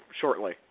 shortly